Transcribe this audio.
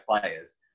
players